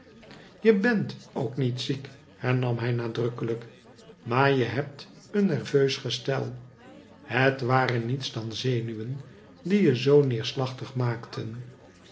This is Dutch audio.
je bent ook niet ziek hemam hij nadrukkelijk maarje hebt een nerveus gestel het waren niets dan zenuwen die je zoo neerslachtig maakten